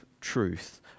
truth